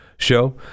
show